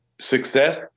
success